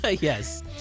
Yes